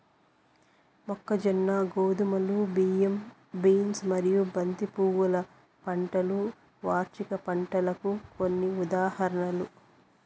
మొక్కజొన్న, గోధుమలు, బియ్యం, బీన్స్ మరియు బంతి పువ్వుల పంటలు వార్షిక పంటలకు కొన్ని ఉదాహరణలు